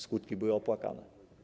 Skutki były opłakane.